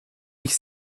ich